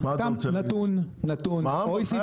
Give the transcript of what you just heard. נתון של ה-OECD --- מה אתה רוצה להגיד?